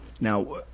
Now